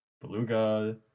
Beluga